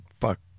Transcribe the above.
Fuck